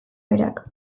berak